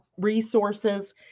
resources